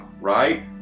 right